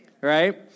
Right